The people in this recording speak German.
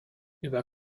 über